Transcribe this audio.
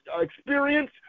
experience